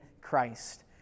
Christ